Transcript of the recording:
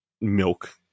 milk